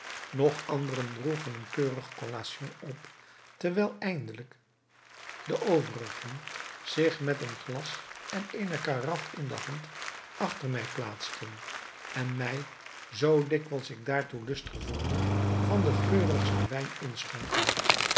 nog anderen droegen een keurig collation op terwijl eindelijk de overigen zich met een glas en eene karaf in de hand achter mij plaatsten en mij zoo dikwijls ik daartoe lust gevoelde van den geurigsten wijn inschonken